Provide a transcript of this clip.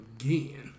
again